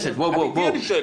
אמתי אני שואל.